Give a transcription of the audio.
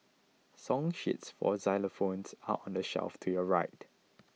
song sheets for xylophones are on the shelf to your right